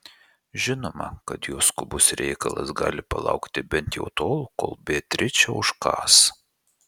žinoma kad jos skubus reikalas gali palaukti bent jau tol kol beatričė užkąs